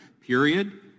period